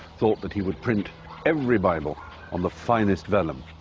thought that he would print every bible on the finest vellum.